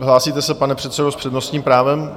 Hlásíte se, pane předsedo, s přednostním právem?